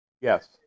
Yes